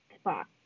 spot